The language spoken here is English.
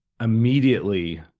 immediately